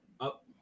up